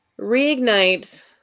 reignite